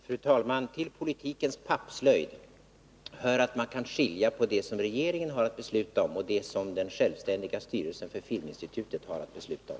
Fru talman! Till politikens pappslöjd hör att man kan skilja på det som regeringen har att besluta om och det som den självständiga styrelsen för filminstitutet har att besluta om.